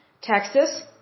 Texas